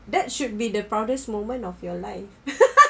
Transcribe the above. that should be the proudest moment of your life